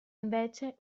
invece